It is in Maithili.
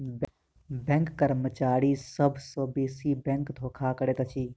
बैंक कर्मचारी सभ सॅ बेसी बैंक धोखा करैत अछि